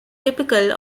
typical